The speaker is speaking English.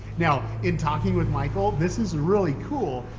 now in talking with micheal, this is really cool,